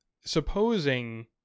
supposing